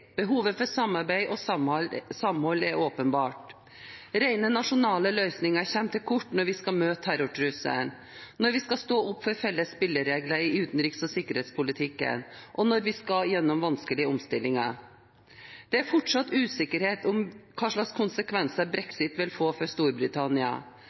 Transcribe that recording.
åpenbart. Rent nasjonale løsninger kommer til kort når vi skal møte terrortrusselen, når vi skal stå opp for felles spilleregler i utenriks- og sikkerhetspolitikken, og når vi skal gjennom vanskelige omstillinger. Det er fortsatt usikkerhet om hvilke konsekvenser